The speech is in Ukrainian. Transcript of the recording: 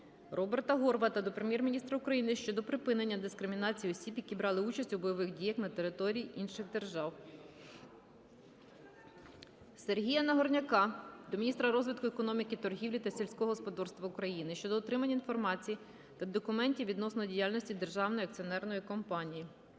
Роберта Горвата до Прем'єр-міністра України щодо припинення дискримінації осіб, які брали участь у бойових діях на території інших держав. Сергія Нагорняка до міністра розвитку економіки, торгівлі та сільського господарства України щодо отримання інформації та документів відносно діяльності державної акціонерної компанії.